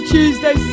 Tuesday